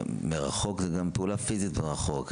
פעולה מרחוק זו גם פעולה פיזית מרחוק.